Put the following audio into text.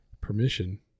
permission